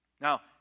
Now